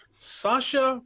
Sasha